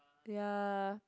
ya